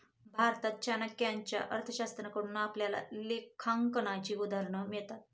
भारतात चाणक्याच्या अर्थशास्त्राकडून आपल्याला लेखांकनाची उदाहरणं मिळतात